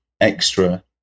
extra